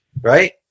right